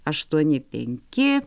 aštuoni penki